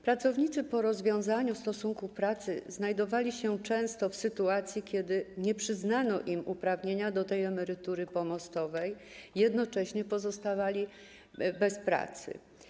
Pracownicy po rozwiązaniu stosunku pracy znajdowali się często w sytuacji, kiedy nie przyznano im uprawnienia do tej emerytury pomostowej i jednocześnie pozostawali bez pracy.